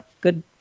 good